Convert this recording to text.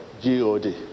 G-O-D